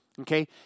okay